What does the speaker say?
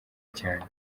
cyane